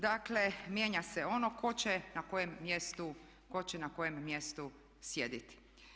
Dakle mijenja se ono tko će na kojem mjestu, tko će na kojem mjestu sjediti.